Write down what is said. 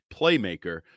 playmaker